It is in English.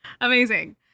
Amazing